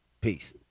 Peace